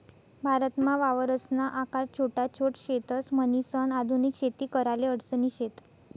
भारतमा वावरसना आकार छोटा छोट शेतस, म्हणीसन आधुनिक शेती कराले अडचणी शेत